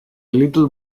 little